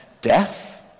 death